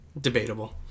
debatable